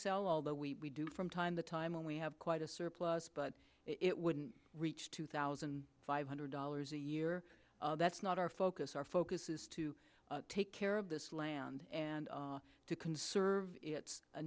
sell although we do from time to time when we have quite a surplus but it wouldn't two thousand five hundred dollars a year that's not our focus our focus is to take care of this land and to conserve it's a